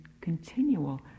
continual